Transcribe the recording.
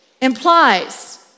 implies